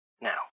Now